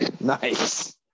Nice